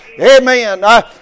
Amen